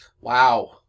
Wow